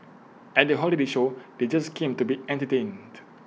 at the holiday show they just came to be entertained